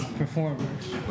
performers